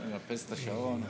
אני מאפס את השעון.